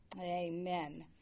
Amen